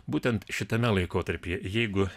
būtent šitame laikotarpyje jeigu